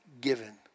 given